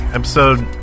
episode